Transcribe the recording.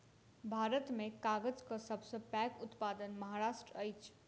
भारत में कागजक सब सॅ पैघ उत्पादक महाराष्ट्र अछि